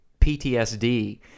PTSD